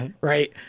right